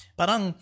parang